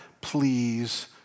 please